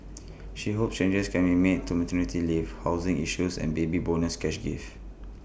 she hopes changes can be made to maternity leave housing issues and Baby Bonus cash gift